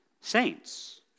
saints